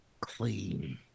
clean